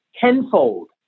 tenfold